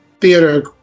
theater